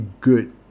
good